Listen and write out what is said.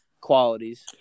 qualities